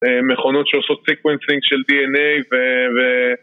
מכונות שעושות סיקוונסינג של DNA ו... ו...